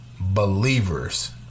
Believers